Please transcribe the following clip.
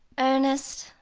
ernest,